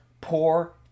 poor